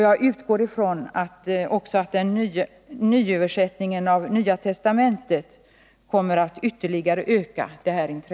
Jag utgår också ifrån att nyöversättningen av Nya testamentet kommer att öka intresset ytterligare.